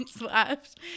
left